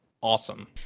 awesome